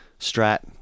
Strat